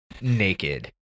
naked